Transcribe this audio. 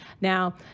Now